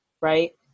right